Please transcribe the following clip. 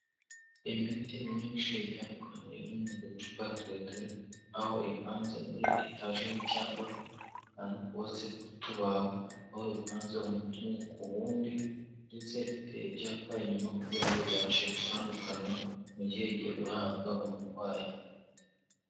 Imiti myinshi itandukanye iri mu ducupa tureture, aho ipanze muri etajeri cyangwa akantu kubatse mu tubaho, aho ipanze umuti umwe ku wundi ndetse ifite ibyapa inyuma kugira ngo ibashe gutandukanywa mu gihe igiye guhabwa umurwayi.